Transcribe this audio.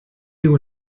you